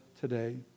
today